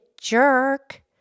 jerk